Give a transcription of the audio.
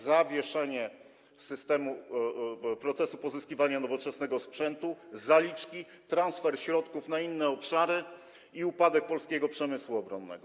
Zawieszenie systemu, procesu pozyskiwania nowoczesnego sprzętu, zaliczki, transfer środków na inne obszary i upadek polskiego przemysłu obronnego.